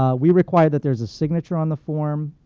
ah we require that there's a signature on the form.